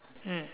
mm